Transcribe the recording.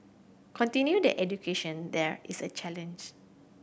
continuing their education there is a challenge